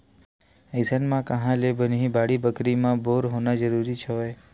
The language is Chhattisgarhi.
अइसन म काँहा ले बनही बाड़ी बखरी, खेत म बोर होना जरुरीच हवय